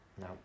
no